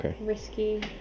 risky